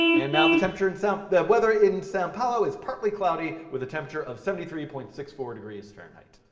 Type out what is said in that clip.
and now the temperature and in the weather in sao paolo is partly cloudy with a temperature of seventy three point six four degrees fahrenheit.